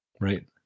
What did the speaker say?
Right